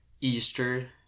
Easter